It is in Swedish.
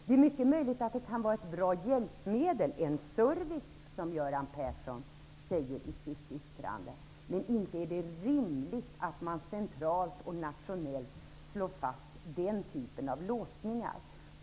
Det är mycket möjligt att det är ett bra hjälpmedel, en service, som Göran Persson säger i sitt yttrande. Men det är inte rimligt att centralt och nationellt slå fast den typen av låsningar.